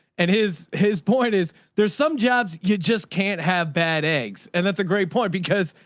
and his, his point is there's some jobs you just can't have bad eggs. and that's a great point because,